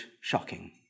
shocking